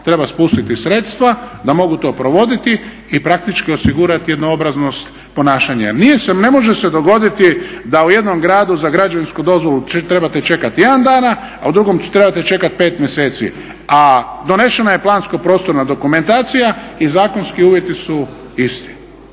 treba spustiti sredstva da mogu to provoditi i praktički osigurati jednoobraznost ponašanja. Jer ne može se dogoditi da u jednom gradu za građevinsku dozvolu trebate čekat tjedana dana, a u drugom trebate čekat 5 mjeseci, a donesena je plansko-prostorna dokumentacija i zakonski uvjeti su isti.